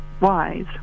wise